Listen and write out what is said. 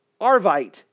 Arvite